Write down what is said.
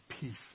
peace